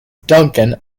duncan